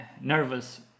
nervous